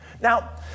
now